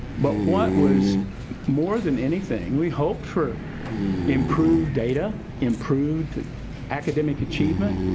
but what was more than anything, we hoped for improved data, improved academic achievement.